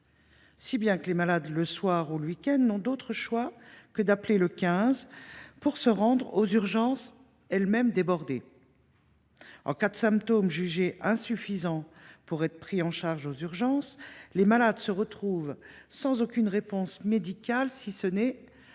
De ce fait, le soir ou le week end, les malades n’ont d’autre choix que d’appeler le 15 pour se rendre aux urgences, elles mêmes débordées. En cas de symptômes jugés insuffisants pour être pris en charge aux urgences, les malades se retrouvent sans aucune réponse médicale, si ce n’est